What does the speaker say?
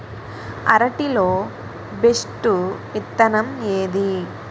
అరటి లో బెస్టు విత్తనం ఏది?